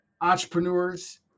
entrepreneurs